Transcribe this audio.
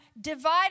divided